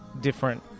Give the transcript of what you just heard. different